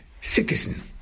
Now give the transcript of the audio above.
citizen